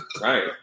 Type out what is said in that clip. Right